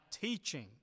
teaching